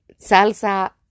salsa